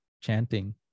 chanting